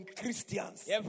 Christians